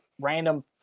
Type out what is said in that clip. random